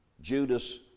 Judas